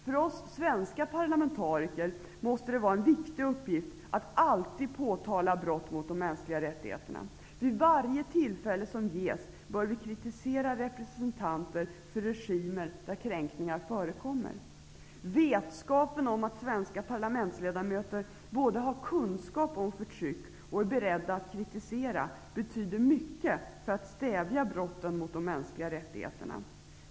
För oss svenska parlamentariker måste en viktig uppgift vara att alltid påtala brott mot de mänskliga rättigheterna. Vid varje tillfälle som ges bör vi kritisera representanter för regimer där kränkningar förekommer. Vetskapen om att svenska parlamentsledamöter både har kunskap om förtryck och är beredda att kritisera betyder mycket för att stävja brotten mot de mänskliga rättigheterna.